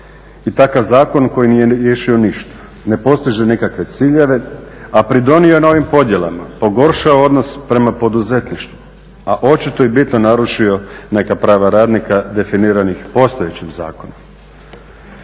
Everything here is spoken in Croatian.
i takav zakon koji nije riješio ništa, ne postiže nikakve ciljeve, a pridonio je novim podjelama, pogoršao odnos prema poduzetništvu a očito i bitno narušio neka prava radnika definiranih postojećim zakonom.